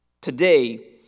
today